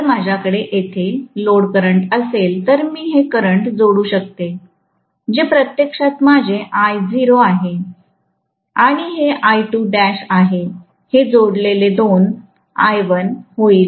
जर माझ्याकडे येथे लोड करंट असेल तर मी हे करंट जोडू शकते जे प्रत्यक्षात माझे Io आहे आणि हेआहे हे जोडलेले दोन I1 होईल